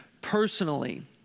personally